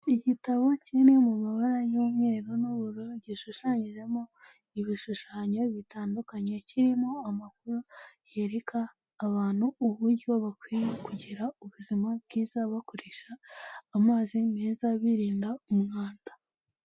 Igitabo kiri mu mabara y'umweru n'uburo gishushanyijemo ibishushanyo bitandukanye, kirimo amakuru yereka abantu uburyo bakwiye kugira ubuzima bwiza bakoresha amazi meza birinda umwanda.